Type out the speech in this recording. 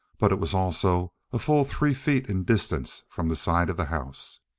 but it was also a full three feet in distance from the side of the house.